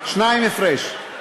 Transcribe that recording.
שניים הפרש.